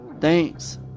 Thanks